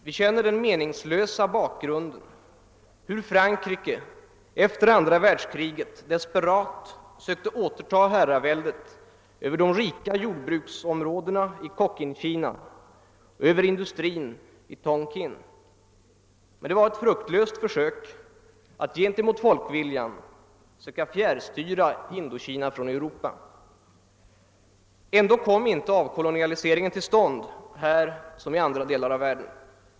Vi känner till den meningslösa bakgrunden, hur Frankrike efter andra världskriget desperat sökte återta herraväldet över de rika jordbruksområdena i Cochinkina och över industrin i Tonkin. Men det var ett fruktlöst försök att gentemot folkviljan söka fjärrstyra Indokina från Europa. Ändå kom inte en avkolonialisering till stånd här som i andra delar av världen.